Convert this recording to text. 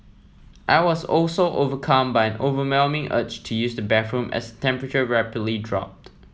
I was also overcome by overwhelming urge to use the bathroom as the temperature rapidly dropped